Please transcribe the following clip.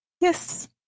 Yes